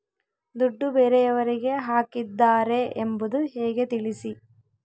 ದುಡ್ಡು ಬೇರೆಯವರಿಗೆ ಹಾಕಿದ್ದಾರೆ ಎಂಬುದು ಹೇಗೆ ತಿಳಿಸಿ?